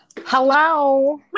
Hello